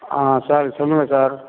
ஆ sir சொல்லுங்கள் sir